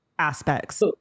aspects